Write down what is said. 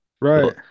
Right